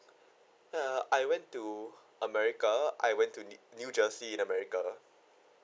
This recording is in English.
uh I went to america I went to new jersey america